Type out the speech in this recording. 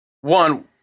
One